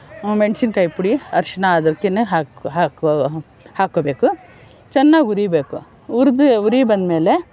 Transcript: ಮೆಣಸಿನ ಕಾಯಿ ಪುಡಿ ಅರ್ಶಿನ ಅದಕ್ಕೇನೆ ಹಾಕಿ ಹಾಕಿ ಹಾಕೋಬೇಕು ಚೆನ್ನಾಗಿ ಉರಿಬೇಕು ಉರಿದು ಉರಿ ಬಂದಮೇಲೆ